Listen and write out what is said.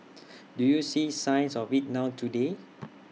do you see signs of IT now today